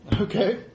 Okay